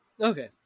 Okay